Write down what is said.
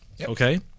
okay